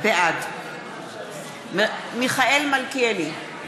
בעד מיכאל מלכיאלי,